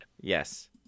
Yes